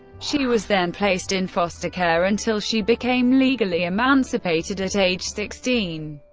she was then placed in foster care until she became legally emancipated at age sixteen.